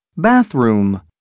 Bathroom